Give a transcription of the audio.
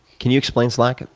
can you explain slack?